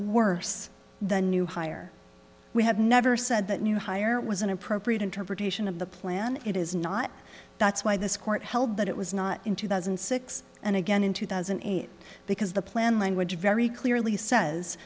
worse the new hire we have never said that new hire was an appropriate interpretation of the plan it is not that's why this court held that it was not in two thousand and six and again in two thousand and eight because the plan language very clearly says